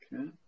Okay